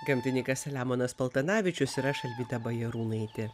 gamtininkas selemonas paltanavičius ir aš alvyda bajarūnaitė